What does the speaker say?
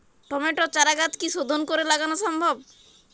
টমেটোর চারাগাছ কি শোধন করে লাগানো সম্ভব?